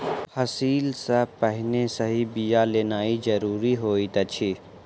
फसिल सॅ पहिने सही बिया लेनाइ ज़रूरी होइत अछि